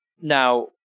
now